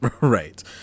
Right